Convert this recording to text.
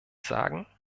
sagen